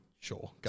sure